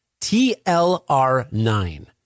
TLR9